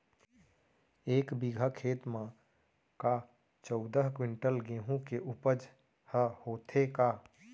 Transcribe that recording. एक बीघा खेत म का चौदह क्विंटल गेहूँ के उपज ह होथे का?